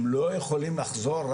הם לא יכולים לחזור,